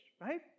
right